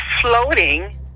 floating